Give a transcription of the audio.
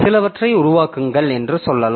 சிலவற்றை உருவாக்குங்கள் என்று சொல்லலாம்